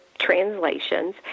Translations